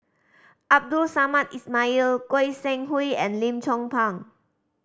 Abdul Samad Ismail Goi Seng Hui and Lim Chong Pang